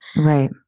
right